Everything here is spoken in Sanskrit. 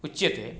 उच्यते